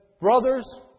Brothers